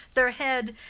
their head,